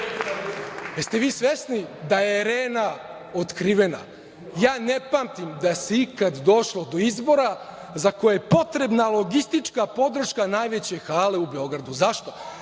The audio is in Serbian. ste vi svesni da je „Arena“ otkrivena. Ja ne pamtim da se ikada došlo do izbora za koje je potrebna logistička podrška najveće hale u Beogradu. Zašto?